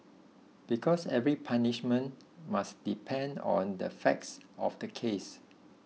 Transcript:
because every punishment must depend on the facts of the case